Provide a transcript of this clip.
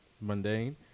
mundane